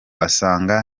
asanga